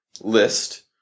list